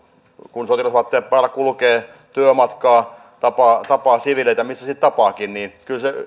kun sotilasvaatteet päällä kulkee työmatkaa ja tapaa siviileitä missä sitten tapaakin niin kyllä se